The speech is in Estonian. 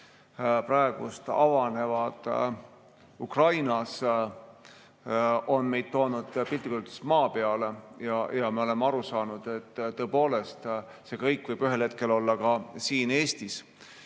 praegu avanevad Ukrainas, on meid toonud piltlikult öeldes maa peale. Me oleme aru saanud, et see kõik võib ühel hetkel olla ka siin Eestis.